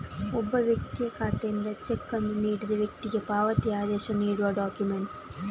ಒಬ್ಬ ವ್ಯಕ್ತಿಯ ಖಾತೆಯಿಂದ ಚೆಕ್ ಅನ್ನು ನೀಡಿದ ವ್ಯಕ್ತಿಗೆ ಪಾವತಿ ಆದೇಶ ನೀಡುವ ಡಾಕ್ಯುಮೆಂಟ್